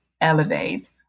elevate